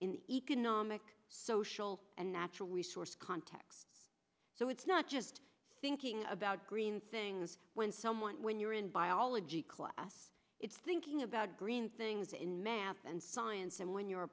the economic social and natural resource context so it's not just thinking about green things when someone when you're in biology class it's thinking about green things in math and science and when you